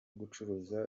gucuruza